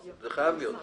זה חייב להיות.